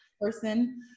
Person